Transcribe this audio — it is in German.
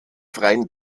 freien